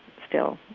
still,